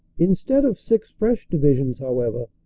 instead of six fresh divisions, however,